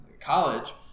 college